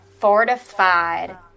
fortified